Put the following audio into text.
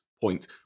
point